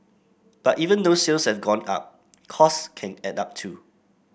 but even though sales have gone up costs can add up too